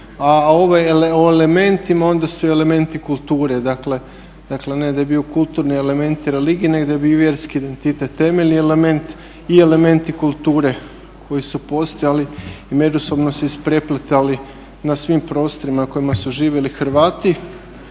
a o elementima onda su i elementi kulture, dakle ne da je bio kulturni element i religije nego da je bio vjerski identitet temeljni element i elementi kulture koji su postojali i međusobno se ispreplitali na svim prostorima na kojima su živjeli Hrvati.